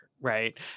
right